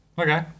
okay